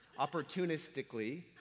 opportunistically